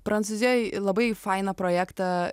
prancūzijoj labai fainą projektą